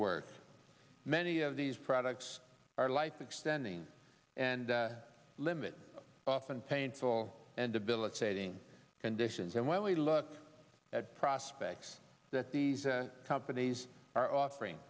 work many of these products are life extending and limited often painful and debilitating conditions and when we look at prospects that these companies are offering